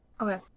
Okay